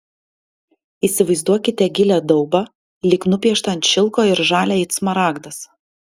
įsivaizduokite gilią daubą lyg nupieštą ant šilko ir žalią it smaragdas